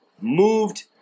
moved